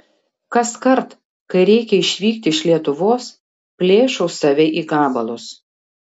kaskart kai reikia išvykti iš lietuvos plėšau save į gabalus